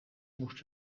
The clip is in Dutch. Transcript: moest